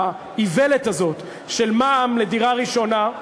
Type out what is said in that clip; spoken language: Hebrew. האיוולת הזאת של מע"מ על דירה ראשונה.